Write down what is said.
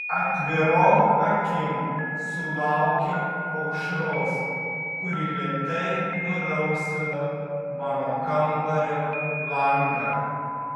atvirom akim sulaukiau aušros kuri lėtai nurausvino mano kambario langą